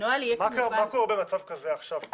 מה קורה במצב כזה כמו שהיה עכשיו?